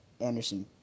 Anderson